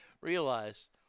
realize